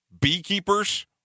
beekeepers